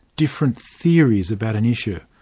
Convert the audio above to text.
different theories about an issue.